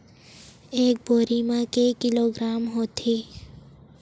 एक बोरी म के किलोग्राम होथे?